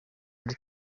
muri